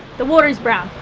the water is brown.